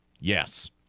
Yes